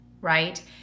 right